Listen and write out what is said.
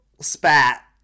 spat